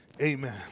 Amen